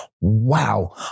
Wow